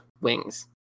wings